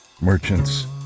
merchants